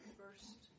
first